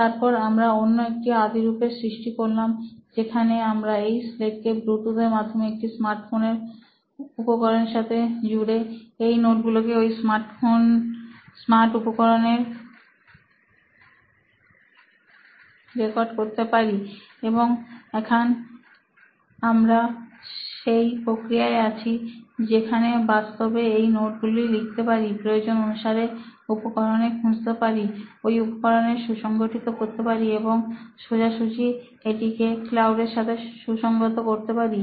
তারপর আমরা অন্য একটি আদিরূপের সৃষ্টি করলাম যেখানে আমরা এই স্লেটকে ব্লুটুথের মাধ্যমে একটা স্মার্ট উপকরণের সাথে জুড়ে এই নোটগুলোকে ওই স্মার্ট উপকরণে রেকর্ড করতে পারি এবং এখন আমরা সেই প্রক্রিয়ায় আছি যেখানে বাস্তবে এই নোটগুলোকে লিখতে পারি প্রয়োজন অনুসারে উপকরণে খুঁজতে পারি ওই উপকরণের সুসংগঠিত করতে পারি এবং সুজাসুজি এটিকে ক্লাউডের সাথে সুসংগত করতে পারি